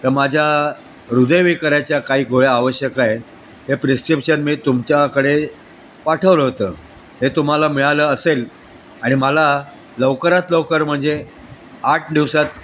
तरमाझ्या हृदयविकराच्या काही गोळ्या आवश्यक आहे हे प्रिस्क्रिप्शन मी तुमच्याकडे पाठवलं होतं हे तुम्हाला मिळालं असेल आणि मला लवकरात लवकर म्हणजे आठ दिवसात